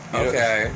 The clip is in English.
okay